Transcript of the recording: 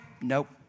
Nope